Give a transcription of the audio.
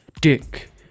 dick